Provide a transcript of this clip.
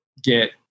get